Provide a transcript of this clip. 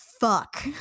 fuck